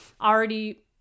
already